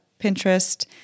Pinterest